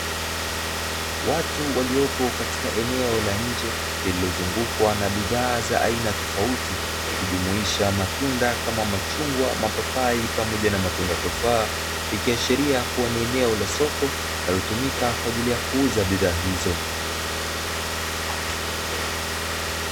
Watu waliopo katika eneo la nje lililozungukwa na bidhaa za aina tofauti, ikijumuisha matunda kama; machungwa, mapapai pamoja na matunda tofaa, ikiashiria kuwa ni eneo la soko linalotumika kwa ajili ya kuuza bidhaa hizo.